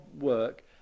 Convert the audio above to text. work